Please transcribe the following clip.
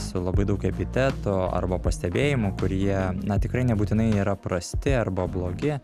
su labai daug epitetų arba pastebėjimų kurie na tikrai nebūtinai yra prasti arba blogi